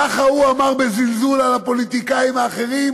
ככה הוא אמר בזלזול על הפוליטיקאים האחרים,